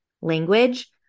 language